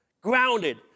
grounded